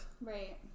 Right